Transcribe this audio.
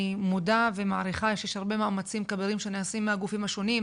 אני מודה ומעריכה שיש הרבה מאמצים כבירים שנעשים מהגופים השונים,